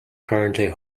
currently